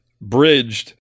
bridged